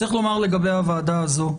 צריך לומר לגבי הוועדה הזו,